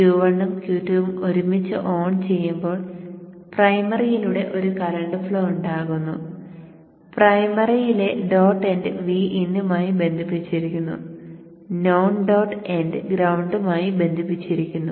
Q1 ഉം Q2 ഉം ഒരുമിച്ച് ഓൺ ചെയ്യുമ്പോൾ പ്രൈമറിയിലൂടെ ഒരു കറന്റ് ഫ്ലോ ഉണ്ടാകുന്നു പ്രൈമറിയിലെ ഡോട്ട് എൻഡ് Vin മായി ബന്ധിപ്പിച്ചിരിക്കുന്നു നോൺ ഡോട്ട് എൻഡ് ഗ്രൌണ്ടുമായി ബന്ധിപ്പിച്ചിരിക്കുന്നു